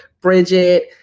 Bridget